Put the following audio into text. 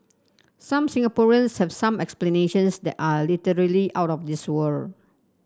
some Singaporeans have some explanations that are literally out of this world